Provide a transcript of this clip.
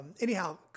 anyhow